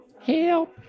Help